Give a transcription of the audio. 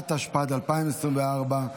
התשע"ד 2023,